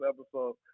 episode